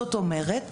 זאת אומרת,